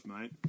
mate